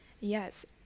Yes